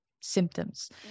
symptoms